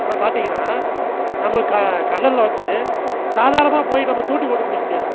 ஆனால் பார்த்திங்கன்னா நம்ம க கடலில் வந்து சாதாரணமாக போய் நம்ம தூண்டில் போட்டு பிடிக்க முடியாது